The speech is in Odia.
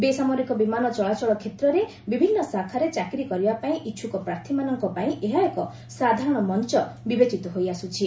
ବେସାମରିକ ବିମାନ ଚଳାଚଳ କ୍ଷେତ୍ରର ବିଭିନ୍ନ ଶାଖାରେ ଚାକିରୀ କରିବା ପାଇଁ ଇଚ୍ଛୁକ ପ୍ରାର୍ଥୀମାନଙ୍କ ପାଇଁ ଏହା ଏକ ସାଧାରଣ ମଞ୍ଚ ବିବେଚିତ ହୋଇଆସୁଛି